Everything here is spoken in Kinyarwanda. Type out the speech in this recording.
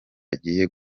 agiye